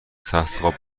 تختخواب